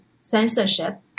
censorship